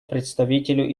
представителю